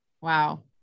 Wow